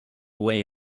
away